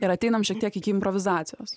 ir ateiname šiek tiek iki improvizacijos